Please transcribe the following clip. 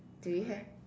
do you have